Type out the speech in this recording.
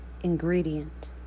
ingredient